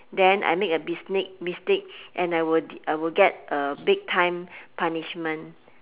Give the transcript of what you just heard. then I make a mistake mistake and I will I will get a big time punishment